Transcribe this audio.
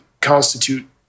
constitute